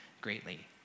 greatly